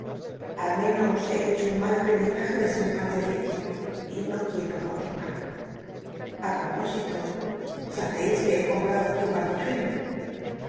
al menos he hecho un mal aprendizaje de semejante oficio y no quiero continuar a propósito sabréis que he comprado aquí un barquichuelo